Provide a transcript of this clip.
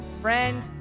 friend